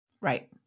Right